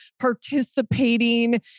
participating